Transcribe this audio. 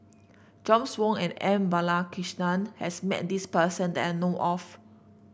James Wong and M Balakrishnan has met this person that I know of